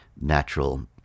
natural